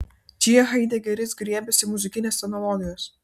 čia haidegeris griebiasi muzikinės analogijos